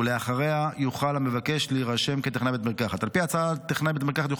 ואחריה יוכל המבקש להירשם כטכנאי בית מרקחת.